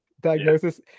diagnosis